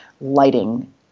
lighting